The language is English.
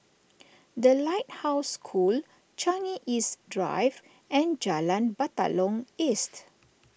the Lighthouse School Changi East Drive and Jalan Batalong East